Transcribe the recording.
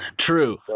True